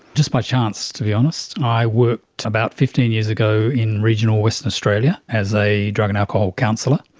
just by chance, to be honest. i worked about fifteen years ago in regional western australia as a drug and alcohol counsellor,